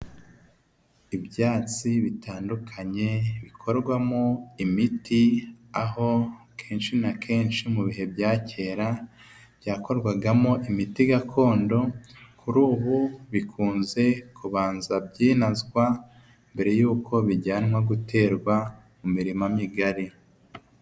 Ibyatsi bitandukanye bikorwamo imiti aho kenshi na kenshi mu bihe bya kera byakorwagamo imiti gakondo kuri ubu bikunze kubanza by'ozwa mbere y'uko bijyanwa guterwa imirima migari .